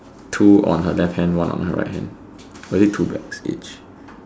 two on her left hand one on her right hand or is it two bags each